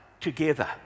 together